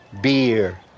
Beer